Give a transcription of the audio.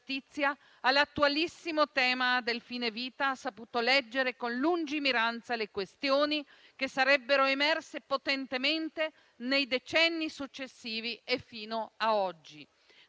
all'attualissimo tema del fine vita, ha saputo leggere con lungimiranza le questioni che sarebbero emerse potentemente nei decenni successivi e fino a oggi.